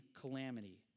calamity